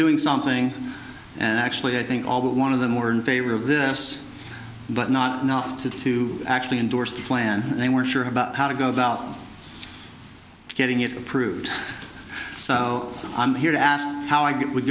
doing something and actually i think all but one of them were in favor of this but not enough to to actually endorse the plan they weren't sure about how to go about getting it approved so i'm here to ask how i get would